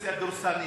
בקואליציה דורסנית.